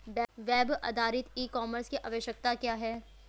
Web आधारित e commerce की आवश्यकता क्या है?